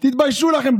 תתביישו לכם.